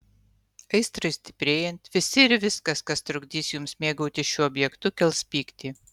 aistrai stiprėjant visi ir viskas kas trukdys jums mėgautis šiuo objektu kels pyktį